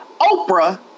Oprah